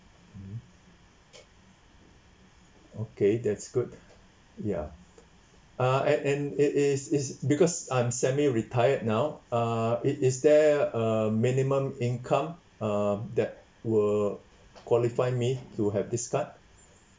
mm okay that's good ya uh at and it is it's because I'm semi retired now uh it is there a minimum income uh that will qualify me to have this card